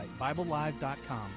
BibleLive.com